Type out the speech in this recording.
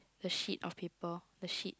the sheet of paper the sheet